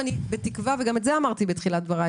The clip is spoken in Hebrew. בתקווה וגם את זה אמרתי בתחילת דבריי